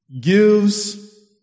gives